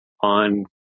on